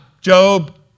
Job